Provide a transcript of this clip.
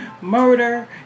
murder